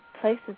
places